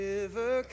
River